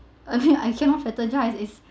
I mean I cannot strategise this